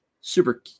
super